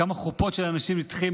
כמה חופות של אנשים נדחות?